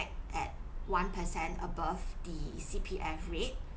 at one percent above the C_P_F rate